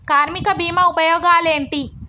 కార్మిక బీమా ఉపయోగాలేంటి?